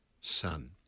son